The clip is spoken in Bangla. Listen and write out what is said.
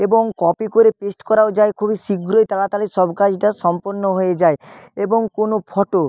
এবং কপি করে পেস্ট করাও যায় খুবই শীঘ্রই তাড়াতাড়ি সব কাজটা সম্পন্ন হয়ে যায় এবং কোনো ফটো